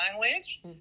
language